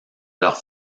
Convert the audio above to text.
leurs